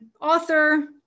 author